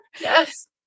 Yes